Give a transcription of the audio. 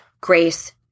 grace